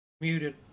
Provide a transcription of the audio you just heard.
Muted